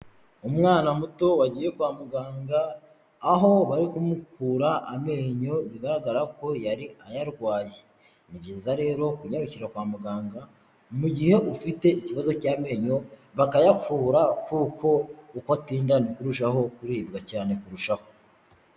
Umwana muto wagiye kwa muganga aho bari kumukura amenyo bigaragara ko yari ayarwaye ni byiza rero kunyarukira kwa muganga mu gihe ufite ikibazo cy'amenyo bakayakura kuko uko atinda niko urushaho kuribwa cyane kurushaho.